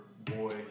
boy